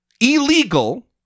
illegal